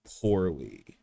poorly